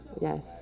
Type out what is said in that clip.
Yes